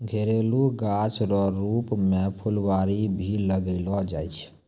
घरेलू गाछ रो रुप मे फूलवारी भी लगैलो जाय छै